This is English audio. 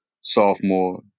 sophomore